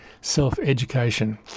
self-education